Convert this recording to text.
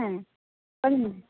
ᱦᱮᱸ ᱚᱠᱚᱭ ᱵᱤᱱ ᱢᱮᱱ ᱮᱫᱟ